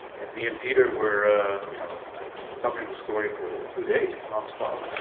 and me and peter were you know covering the story for two days nonstop,